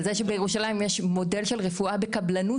על זה שבירושלים יש מודל של רפואה בקבלנות